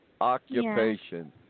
Occupation